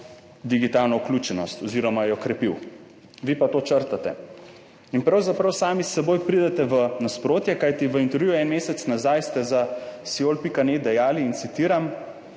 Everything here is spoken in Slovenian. digitalno vključenost oziroma jo krepil. Vi pa to črtate. In pravzaprav sami s seboj pridete v nasprotje, kajti v intervju en mesec nazaj ste za Siol.net dejali in citiram: